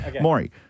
Maury